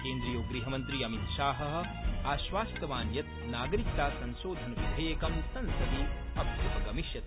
केन्द्रीयो गृहमन्त्री अमितशाह आश्वासितवान् यत् नागरिकता संशोधन विधेयकं संसदि अभ्युपगमिष्यति